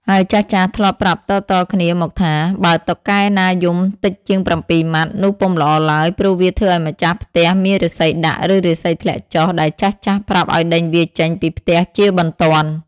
ហើយចាស់ៗ ធ្លាប់ប្រាប់តៗគ្នាមកថា បើតុកកែណាយំតិចជាង ៧ ម៉ាត់ នោះពុំល្អឡើយ ព្រោះវាធ្វើឲ្យម្ចាស់ផ្ទះមានរាសីដាក់ ឬរាសីធ្លាក់ចុះ ដែលចាស់ៗ ប្រាប់ឱ្យដេញវាចេញពីផ្ទះជាបន្ទាន់។